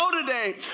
today